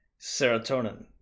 serotonin